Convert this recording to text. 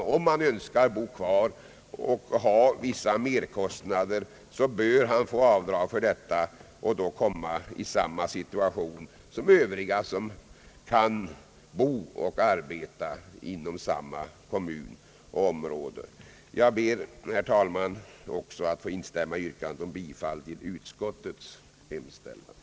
Om han önskar bo kvar och har vissa merkostnader, bör han ha avdrag för dessa och komma i samma situation som alla som kan bo och arbeta inom samma kommun och område. Jag ber, herr talman, att få instämma i yrkandet om bifall till utskottets hemställan.